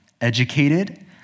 educated